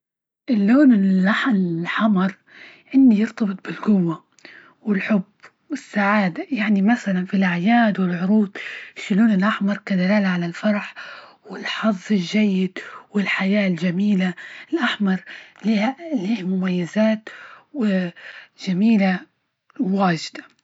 الون اللح- اللحمر، عندى يرتبط بالجوة والحب والسعادة، يعني مثلا في الأعياد والعروض يشيلون الأحمر كدلالة على الفرح والحظ الجيد، والحياة الجميلة، الأحمر له- له مميزات جميلة واجدة.